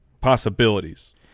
possibilities